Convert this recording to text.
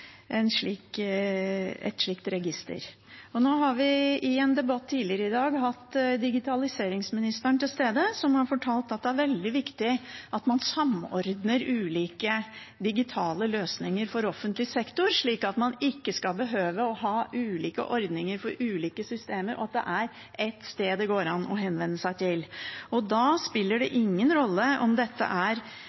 samordnes, slik at man ikke skal behøve å ha ulike ordninger for ulike systemer, og at det er ett sted det går an å henvende seg til. Da spiller det ingen rolle om dette er